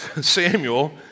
Samuel